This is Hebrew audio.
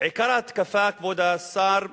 עיקר ההתקפה, כבוד השר,